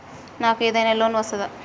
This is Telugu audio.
నాకు ఏదైనా లోన్ వస్తదా?